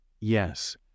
yes